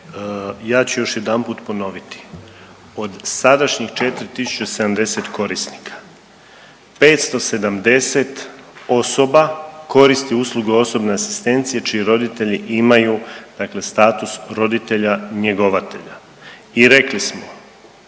ja ću još jedanput ponoviti od sadašnjih 4.070 korisnika 570 osoba koristi usluge osobne asistencije čiji roditelji imaju status roditelja njegovatelja i rekli smo